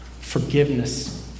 forgiveness